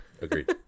Agreed